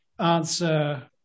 answer